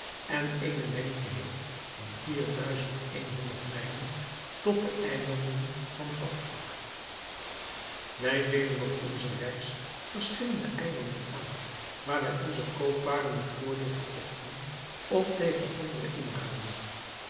en eene lengte heeft van vier duizend een honderd mijlen tot de eilanden van vakvak wij deden op onze reis verschillende eilanden aan waar wij onze koopwaren met voordeel verkochten of tegen andere inruilden